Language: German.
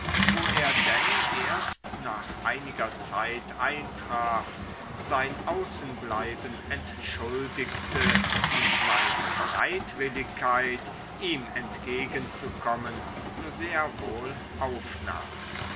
wo er denn erst nach einiger zeit eintraf sein außenbleiben entschuldigte und meine bereitwilligkeit ihm entgegen zu kommen sehr wohl aufnahm